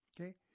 okay